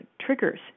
triggers